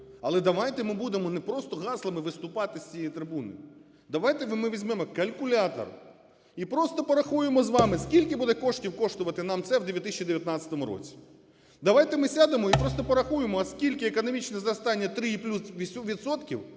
Але давайте ми будемо не просто гаслами виступати з цієї трибуни. Давайте ми візьмемо калькулятор і просто порахуємо з вами, скільки буде коштів коштувати нам це в 2019 році. Давайте ми сядемо і просто порахуємо, а скільки економічне зростання 3